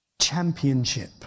championship